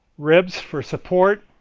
ribs for support.